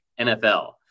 NFL